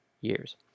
years